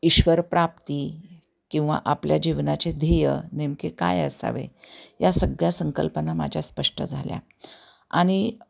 ईश्वर प्राप्ती किंवा आपल्या जीवनाचे ध्येय नेमके काय असावे या सगळ्या संकल्पना माझ्या स्पष्ट झाल्या आणि